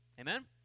amen